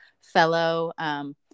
fellow